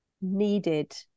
needed